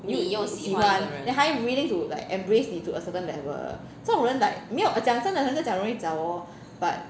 你又喜欢 then 他又 willing to like brace 你 to a certain level 这种人 like 讲真的好像很容易讲 hor but